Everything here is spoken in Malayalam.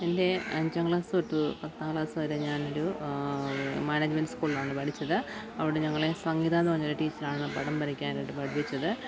എൻ്റെ അഞ്ചാം ക്ലാസ്സ് തൊട്ട് പത്താം ക്ലാസ്സ് വരെ ഞാനൊരു മാനേജ്മെൻ്റ് സ്കൂളിലാണ് പഠിച്ചത് അവിടെ ഞങ്ങളെ സംഗീത എന്ന് പറഞ്ഞൊരു ടീച്ചറാണ് പടം വരയ്ക്കാനായിട്ട് പഠിപ്പിച്ചത്